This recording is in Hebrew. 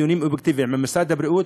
דיונים אובייקטיביים עם משרד הבריאות,